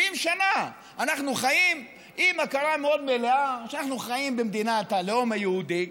70 שנה אנחנו חיים עם הכרה מאוד מלאה שאנחנו חיים במדינת הלאום היהודי,